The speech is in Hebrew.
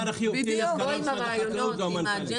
הוא יבוא עם הרעיונות, עם האג'נדה של המשרד.